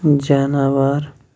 جاناوار